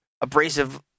abrasive